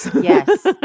Yes